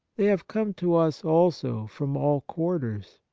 they have come to us also from all quarters.